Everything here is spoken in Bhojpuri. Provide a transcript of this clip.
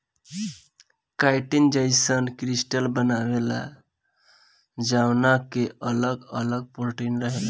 काइटिन जईसन क्रिस्टल बनावेला जवना के अगल अगल प्रोटीन रहेला